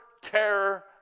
terror